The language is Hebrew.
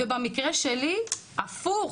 ובמקרה שלי הפוך,